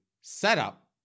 setup